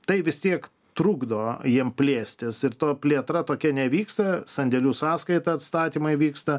tai vis tiek trukdo jiem plėstis ir to plėtra tokia nevyksta sandėlių sąskaita atstatymai vyksta